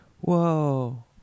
Whoa